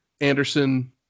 Anderson